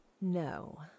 No